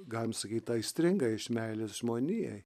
galim sakyt tą aistringai iš meilės žmonijai